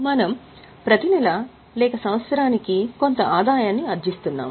మనం ప్రతినెలా లేక సంవత్సరానికి కొంత ఆదాయాన్ని ఆర్జిస్తున్నాము